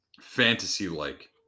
fantasy-like